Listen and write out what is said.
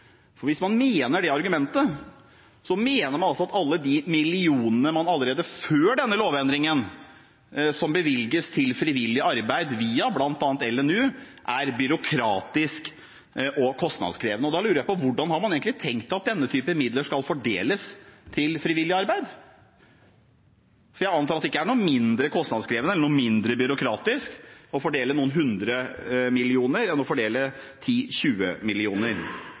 Hvis man mener det, mener man altså at ordningen med alle de millionene man allerede før denne lovendringen bevilger til frivillig arbeid, via bl.a. LNU, er byråkratisk og kostnadskrevende. Da lurer jeg på: Hvordan har man egentlig tenkt at denne typen midler skal fordeles til frivillig arbeid? For jeg antar at det ikke er noe mindre kostnadskrevende eller noe mindre byråkratisk å fordele noen hundre millioner enn å fordele